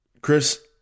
Chris